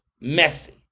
Messy